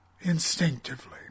instinctively